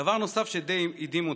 דבר נוסף שדי הדהים אותי: